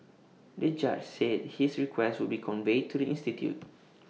the judge said his request would be conveyed to the institute